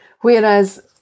Whereas